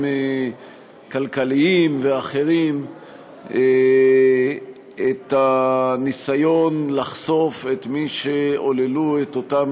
כלכליים ואחרים את הניסיון לחשוף את מי שעוללו את אותם